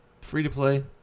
free-to-play